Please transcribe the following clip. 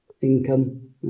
income